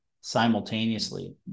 simultaneously